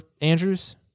Andrews